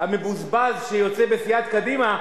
המבוזבז שיוצא בסיעת קדימה.